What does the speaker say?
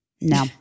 No